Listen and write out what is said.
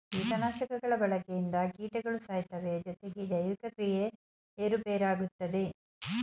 ಕೀಟನಾಶಕಗಳ ಬಳಕೆಯಿಂದ ಕೀಟಗಳು ಸಾಯ್ತವೆ ಜೊತೆಗೆ ಜೈವಿಕ ಕ್ರಿಯೆ ಏರುಪೇರಾಗುತ್ತದೆ